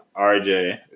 RJ